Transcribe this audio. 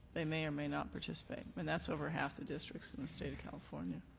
they may or may not participate, and that's over half the districts in the state of california.